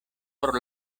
por